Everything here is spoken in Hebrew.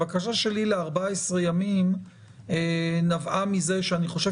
הבקשה שלי ל-14 ימים נבעה מזה שאני חושב